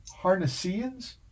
Harnessians